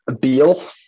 Beal